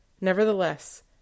Nevertheless